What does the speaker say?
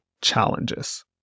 challenges